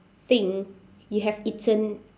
thing you have eaten